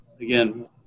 again